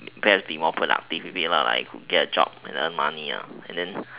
think I could have been more productive lah like it who get a job and earn money ya and then